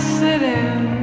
sitting